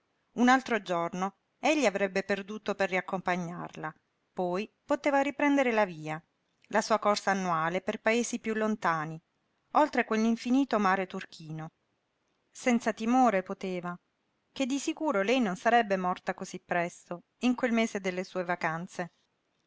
un altro giorno egli avrebbe perduto per riaccompagnarla poi poteva riprendere la via la sua corsa annuale per paesi piú lontani oltre quell'infinito mare turchino senza timore poteva ché di sicuro lei non sarebbe morta cosí presto in quel mese delle sue vacanze